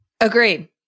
Agreed